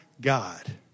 God